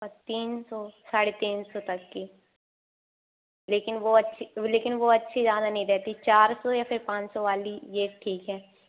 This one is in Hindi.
तीन सौ साढ़े तीन सौ तक की लेकिन वो अच्छी लेकिन वो अच्छी ज़्यादा नहीं रहती चार सौ या फिर पाँच सौ वाली ये ठीक है